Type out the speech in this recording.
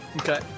Okay